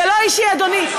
זה לא אישי, אדוני.